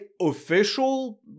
official